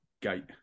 gate